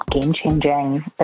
game-changing